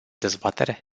dezbatere